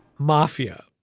Mafia